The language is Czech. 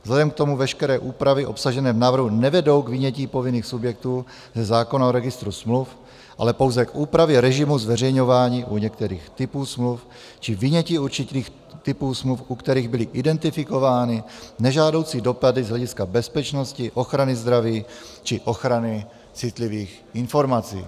Vzhledem k tomu veškeré úpravy obsažené v návrhu nevedou k vynětí povinných subjektů ze zákona o registru smluv, ale pouze k úpravě režimu zveřejňování u některých typů smluv či vynětí určitých typů smluv, u kterých byly identifikovány nežádoucí dopady z hlediska bezpečnosti, ochrany zdraví či ochrany citlivých informací.